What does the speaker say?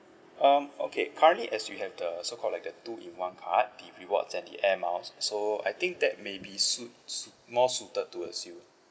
um okay currently as you have the so called like the two in one card the rewards and the air miles so I think that maybe suites more suited towards you